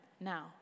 now